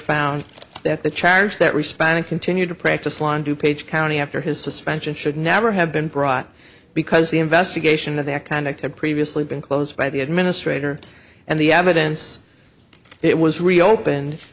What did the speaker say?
found that the chairs that responded continued to practice lying to page county after his suspension should never have been brought because the investigation of that kind of had previously been closed by the administrator and the evidence it was reopened